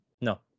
no